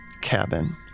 cabin